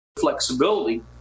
flexibility